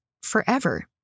forever